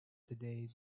today